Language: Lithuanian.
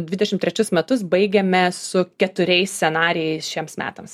dvidešimt trečius metus baigėme su keturiais scenarijais šiems metams